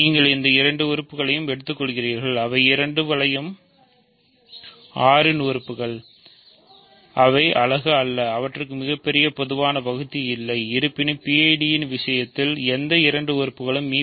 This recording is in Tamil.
நீங்கள் இந்த இரண்டு உறுப்புகளை யும் எடுத்துக்கொள்கிறீர்கள் அவை இரண்டும் வளையம் R இன் உறுப்புகள் அவை அலகு அல்ல அவற்றுக்கு மிகப் பெரிய பொதுவான வகுத்தி இல்லை இருப்பினும் PIDயின் விஷயத்தில் எந்த இரண்டு உறுப்புகளும் மி